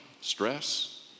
stress